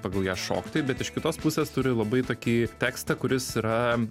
pagal ją šokti bet iš kitos pusės turi labai tokį tekstą kuris yra